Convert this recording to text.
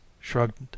shrugged